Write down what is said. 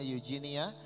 Eugenia